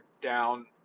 down